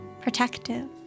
Protective